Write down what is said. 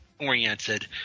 oriented